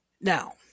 Now